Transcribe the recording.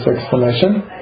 explanation